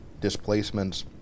displacements